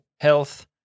health